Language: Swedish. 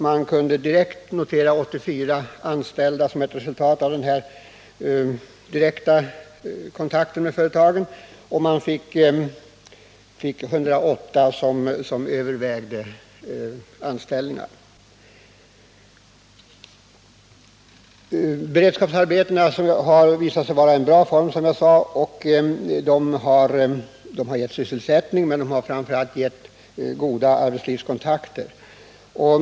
Man kunde direkt notera 84 anställningar som ett resultat av kontakten med företagen, och 108 ytterligare anställningar övervägdes. Systemet med beredskapsarbeten för ungdom har som jag sade visat sig vara en bra metod för att skapa nya arbetstillfällen. Det har givit ungdomar sysselsättning, men det har framför allt skapat goda arbetslivskontakter.